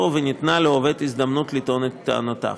וניתנה לעובד הזדמנות לטעון את טענותיו.